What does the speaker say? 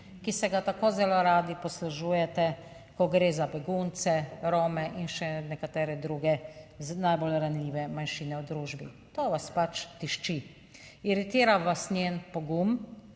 ki se ga tako zelo radi poslužujete, ko gre za begunce, Rome in še nekatere druge najbolj ranljive manjšine v družbi. To vas pač tišči. Iritira vas njen pogum,